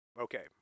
Okay